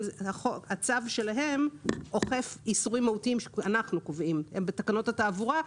הצו שלהם אוכף איסורים מהותיים שאנחנו קובעים בתקנות התעבורה.